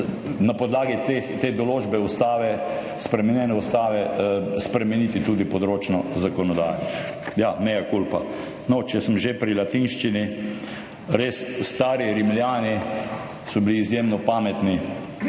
na podlagi te določbe Ustave, spremenjene Ustave spremeniti tudi področno zakonodajo. Ja, »mea culpa«. No, če sem že pri latinščini, res, stari Rimljani so bili izjemno pametni